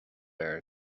air